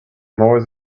more